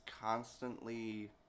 constantly